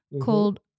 called